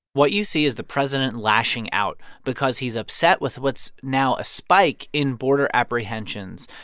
what you see is the president lashing out because he's upset with what's now a spike in border apprehensions.